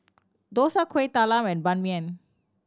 dosa Kuih Talam and Ban Mian